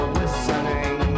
listening